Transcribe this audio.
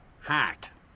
Hat